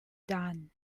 done